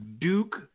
Duke